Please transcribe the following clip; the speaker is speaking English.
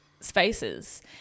spaces